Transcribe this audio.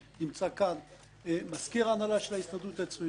נמצא כאן מזכיר ההנהלה של ההסתדרות הציונית העולמית.